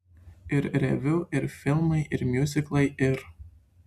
ir reviu ir filmai ir miuziklai ir